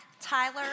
Tyler